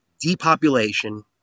depopulation